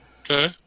Okay